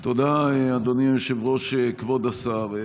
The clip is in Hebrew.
תודה, אדוני היושב-ראש, כבוד השר.